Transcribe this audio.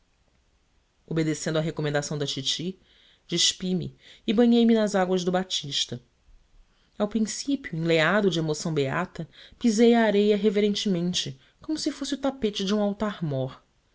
obedecendo à recomendação da titi despi me e banhei me nas águas do batista ao princípio enleado de emoção beata pisei a areia reverentemente como se fosse o tapete de um altar-mor